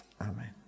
amen